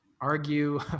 argue